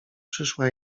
przyszła